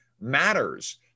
matters